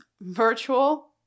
virtual